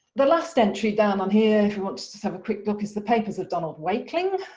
the last entry down um here if you want to have a quick look, it's the papers of donald wakeling.